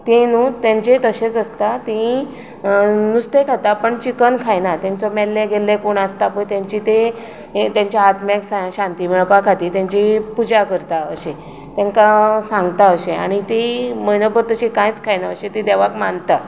ती न्हय तांचेंय तशेंच आसता तीं नुस्तें खाता पूण चिकन खायना तांचो मेल्ले गेल्ले कोण आसता पळय तांची ते तांच्या आत्म्याक शांती मेळपा खातीर तांची पुजा करता अशी तांकां सांगता अशें आनी तीं म्हयनोभर तशीं कांयच खायना अशीं तीं देवाक मानता